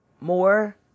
More